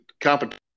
competition